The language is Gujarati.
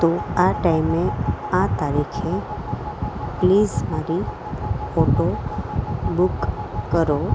તો આ ટાઈઇમે આ તારીખે પ્લીઝ મારી ઓટો બુક કરો